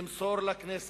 למסור לכנסת,